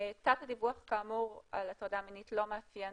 תת הדיווח כאמור על הטרדה מינית לא מאפיין